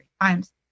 times